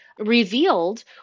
revealed